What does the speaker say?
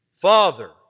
Father